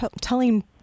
telling